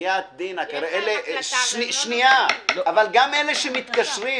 אבל בחיאת דינכ, גם אלה שמתקשרים,